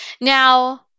Now